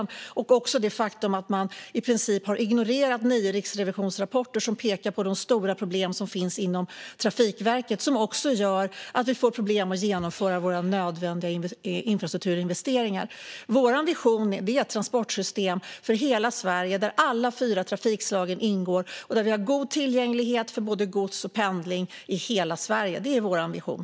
Det handlar också om det faktum att man i princip har ignorerat nio rapporter från Riksrevisionen som pekar på de stora problem som finns inom Trafikverket, som också gör att vi får problem att genomföra nödvändiga infrastrukturinvesteringar. Vår vision är ett transportsystem för hela Sverige där alla de fyra trafikslagen ingår och där tillgängligheten är god för både gods och pendling i hela Sverige.